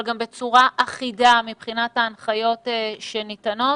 אבל גם בצורה אחידה מבחינת ההנחיות שניתנות,